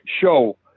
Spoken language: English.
show